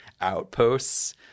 outposts